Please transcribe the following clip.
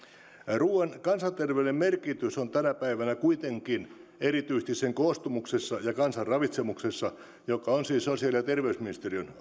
ruuan kansanterveydellinen merkitys on tänä päivänä kuitenkin erityisesti sen koostumuksessa ja kansan ravitsemuksessa joka on siis sosiaali ja terveysministeriön